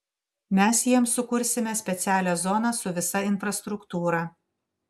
mes jiems sukursime specialią zoną su visa infrastruktūra